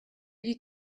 you